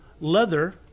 leather